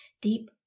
deep